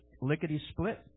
lickety-split